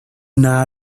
una